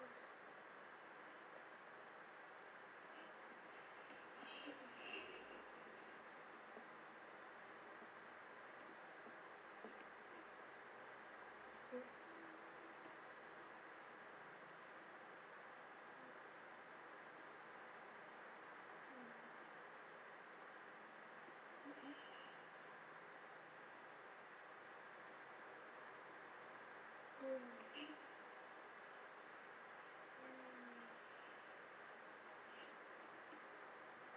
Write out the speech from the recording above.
mm mm